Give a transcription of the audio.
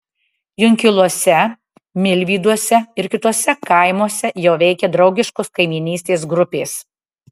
junkiluose milvyduose ir kituose kaimuose jau veikia draugiškos kaimynystės grupės